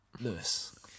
Lewis